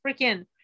freaking